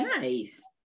Nice